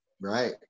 right